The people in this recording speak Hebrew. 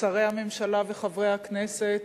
שרי הממשלה וחברי הכנסת,